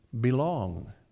belong